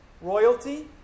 royalty